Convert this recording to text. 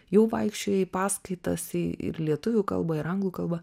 jau vaikščiojai į paskaitas į ir lietuvių kalba ir anglų kalba